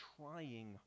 trying